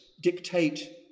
dictate